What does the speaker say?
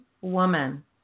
woman